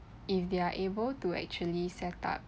if they are able to actually set up